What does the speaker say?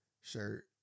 shirt